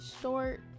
short